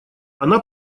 она